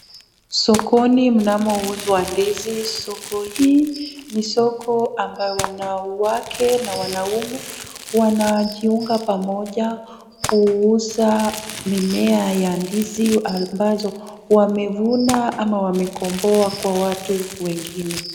Sokoni mnamo uzwa ndizi. Soko hii ni soko ambayo wanawake na wanaume wanajiunga pamoja kuuza mimea ya ndizi ambazo wamevuna ama wamekomboa kwa watu wengine.